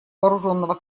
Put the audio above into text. вооруженного